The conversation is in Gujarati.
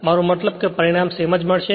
મારો મતલબ એ જ પરિણામ મળશે